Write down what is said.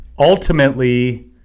Ultimately